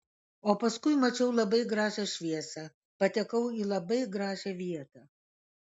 o paskui mačiau labai gražią šviesą patekau į labai gražią vietą